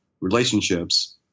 relationships